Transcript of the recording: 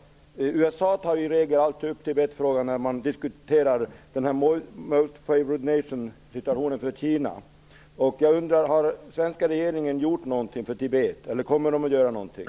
USA tar i regel upp Tibetfrågan när man diskuterar Tibet, eller kommer den att göra någonting?